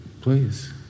please